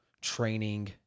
training